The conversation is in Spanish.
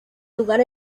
lugar